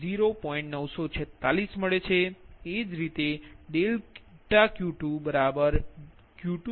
એ જ રીતે ∆Q2 Q2 scheduled − Q2 calculated 1